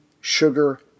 sugar